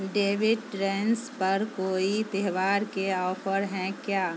David ٹرنٹس پر کوئی تہوار کے آفر ہیں کیا